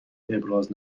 ابراز